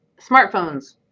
smartphones